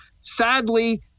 Sadly